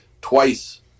twice